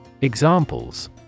Examples